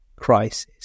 crisis